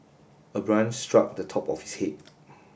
a branch struck the top of his head